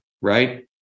Right